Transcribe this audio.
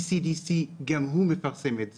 ECDC גם הוא מפרסם את זה.